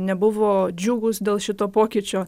nebuvo džiugūs dėl šito pokyčio